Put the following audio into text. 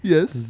Yes